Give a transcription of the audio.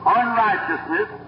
unrighteousness